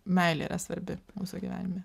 meilė yra svarbi mūsų gyvenime